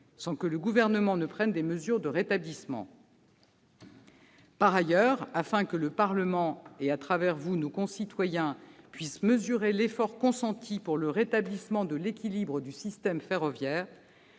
sans que le Gouvernement prenne des mesures de rétablissement. Par ailleurs, afin que le Parlement et, à travers lui, nos concitoyens puissent mesurer l'effort consenti pour le rétablissement de l'équilibre du système ferroviaire,